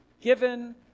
given